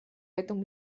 этом